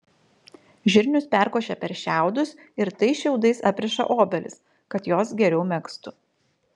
žirnius perkošia per šiaudus ir tais šiaudais apriša obelis kad jos geriau megztų